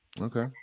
Okay